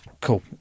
Cool